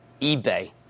eBay